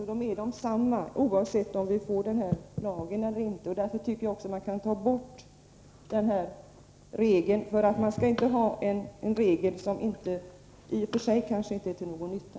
De är desamma oavsett om vi får denna lag eller inte. Därför tycker jag att man kan ta bort denna regel. Man skall inte ha en regel som inte är till någon nytta.